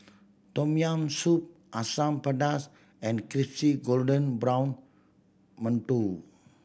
Tom Yam Soup Asam Pedas and crispy golden brown mantou